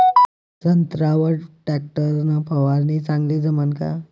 संत्र्यावर वर टॅक्टर न फवारनी चांगली जमन का?